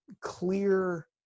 clear